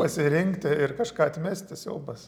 pasirinkti ir kažką atmesti siaubas